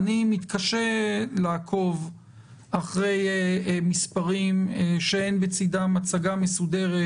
אני מתקשה לעקוב אחרי מספרים שאין בצדם הצגה מסודרת,